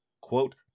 quote